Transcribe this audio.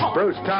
Bruce